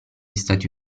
stati